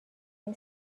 این